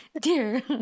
Dear